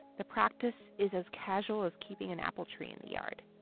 the practice is as casual as keeping an apple tree in the yard